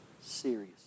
serious